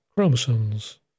chromosomes